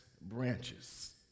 Branches